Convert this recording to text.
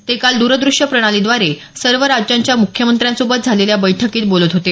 ते काल द्रद्रष्य प्रणालीद्वारे सर्व राज्यांच्या मुख्यमंत्र्यांसोबत झालेल्या बैठकीत बोलत होते